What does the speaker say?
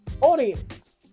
audience